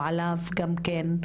או עליו גם כן,